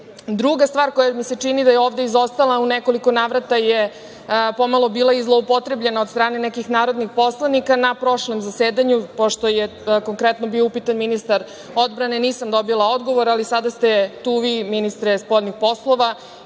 stvar koja mi se čini da je ovde izostala u nekoliko navrata je pomalo bila i zloupotrebljena od strane narodnih poslanika na prošlom zasedanju, pošto je konkretno bio upitan ministar odbrane, nisam dobila odgovor, ali sada ste tu vi, ministre spoljnih poslova,